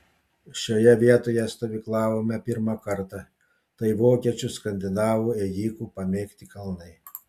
šioje vietoje stovyklavome pirmą kartą tai vokiečių skandinavų ėjikų pamėgti kalnai